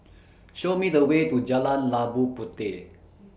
Show Me The Way to Jalan Labu Puteh